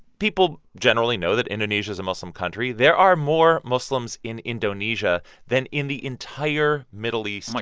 people generally know that indonesia is a muslim country. there are more muslims in indonesia than in the entire middle east. like